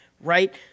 right